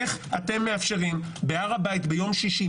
איך אתם מאפשרים בהר הבית ביום שישי,